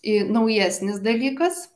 naujesnis dalykas